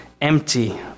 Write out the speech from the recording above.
empty